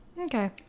Okay